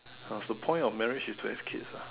ah the point of marriage is to have kids lah